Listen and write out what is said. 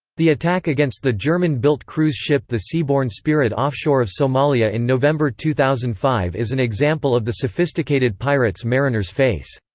the attack against the german-built cruise ship the seabourn spirit offshore of somalia in november two thousand and five is an example of the sophisticated pirates mariners face.